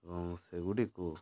ଏବଂ ସେଗୁଡ଼ିକୁ